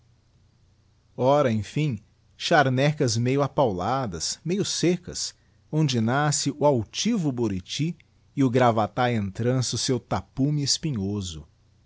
ora erafim charnecas meio apauladas meio seccas onde nasce o altivo bority e o gravata entrança o seu tapume espinhoso